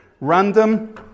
random